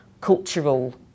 cultural